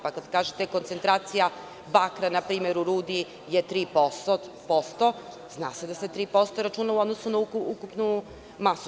Pa kada kažete - koncentracija bakra u rudi je 3%, zna se da se 3% računa u odnosu na ukupnu masu.